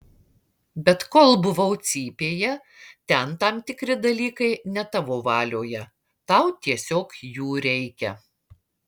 bet kol buvau cypėje ten tam tikri dalykai ne tavo valioje tau tiesiog jų reikia